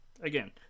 again